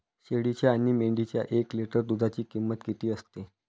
शेळीच्या आणि मेंढीच्या एक लिटर दूधाची किंमत किती असते?